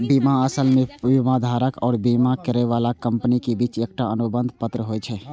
बीमा असल मे बीमाधारक आ बीमा करै बला कंपनी के बीच एकटा अनुबंध पत्र होइ छै